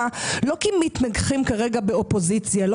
לא כי מתנגחים כרגע באופוזיציה או